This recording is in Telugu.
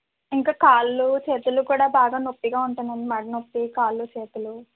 ఇక కాళ్ళు చేతులు కూడా బాగా నొప్పిగా ఉంటుంది అండి మెడ నొప్పి కాళ్ళు చేతులు